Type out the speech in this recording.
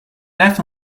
left